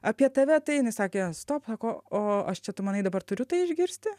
apie tave tai jinai sakė stop sako o aš čia tu manai dabar turiu tai išgirsti